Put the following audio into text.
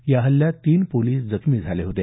या हल्ल्यात तीन पोलिस जखमी झाले होते